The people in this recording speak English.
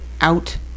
out